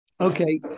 Okay